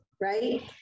Right